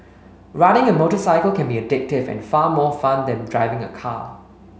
riding a motorcycle can be addictive and far more fun than driving a car